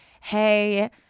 hey